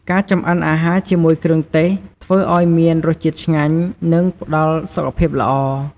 ការចម្អិនអាហារជាមួយគ្រឿងទេសធ្វើឱ្យមានរសជាតិឆ្ងាញ់ និងផ្តល់សុខភាពល្អ។